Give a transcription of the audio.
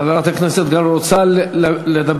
חברת הכנסת גלאון, רוצה לדבר?